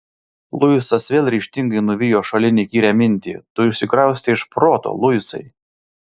luisas vėl ryžtingai nuvijo šalin įkyrią mintį tu išsikraustei iš proto luisai